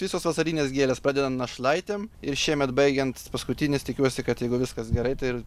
visos vasarinės gėlės pradedant našlaitėm ir šiemet baigiant paskutinis tikiuosi kad jeigu viskas gerai tai ir